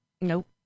Nope